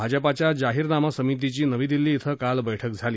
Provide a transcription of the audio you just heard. भाजपाच्या जाहीरनामा समितीची नवी दिल्ली क्रि काल बैठक झाली